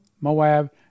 Moab